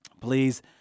please